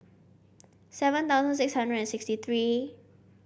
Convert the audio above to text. seven thousand six hundred and sixty three